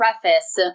Preface